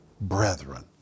Brethren